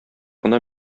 кына